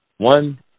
One